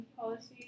policies